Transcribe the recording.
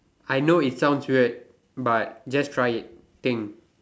I know it sounds weird but just try it thing